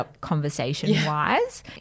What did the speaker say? conversation-wise